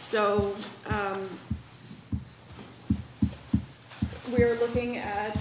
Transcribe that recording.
so we're looking at